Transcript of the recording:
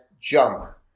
jump